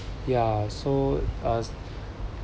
ya so uh